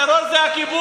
הטרור זה הכיבוש,